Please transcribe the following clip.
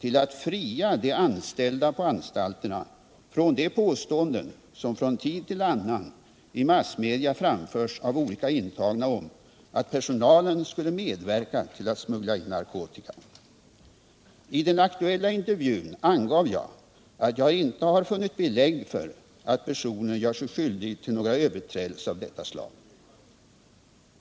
till att fria de anställda på anstalterna från de påståenden som från tid till annan i massmedia framförs av olika intagna om att personalen skulle medverka till att smuggla in narkotika. I den aktuella intervjun angav jag att jag inte har funnit belägg för att personalen gör sig skyldig till några överträdelser av detta slag.